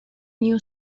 new